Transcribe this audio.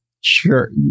sure